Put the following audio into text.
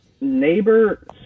Neighbor